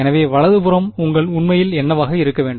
எனவே வலது புறம் உண்மையில் என்னவாக இருக்க வேண்டும்